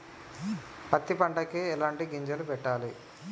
పత్తి పంటకి ఎలాంటి గింజలు పెట్టాలి?